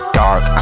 dark